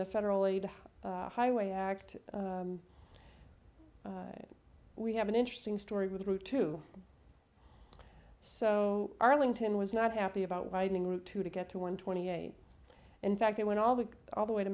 the federal aid highway act we have an interesting story with route two so arlington was not happy about widening route two to get to one twenty eight in fact it went all the all the way to